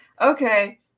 okay